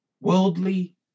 worldly